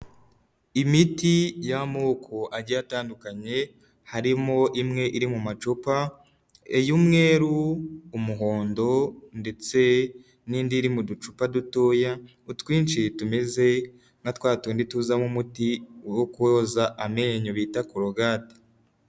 Imiti y'amoko agiye atandukanye harimo imwe iri mu macupa iy'umweru, umuhondo ndetse n'indi iri mu ducupa dutoya utwinshi tumeze nka twa tundi tuzamo umuti wo koza amenyo bita korogate.